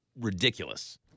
ridiculous